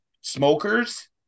smokers